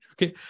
Okay